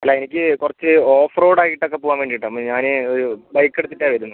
അല്ല എനിക്ക് കുറച്ച് ഓഫ്റോഡ് ആയിട്ടൊക്കെ പോവാൻ വേണ്ടിയിട്ടാണ് ഞാൻ ഒരു ബൈക്ക് എടുത്തിട്ടാണ് വരുന്നത്